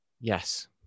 Yes